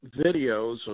videos